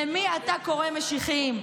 למי אתה קורא "משיחיים"?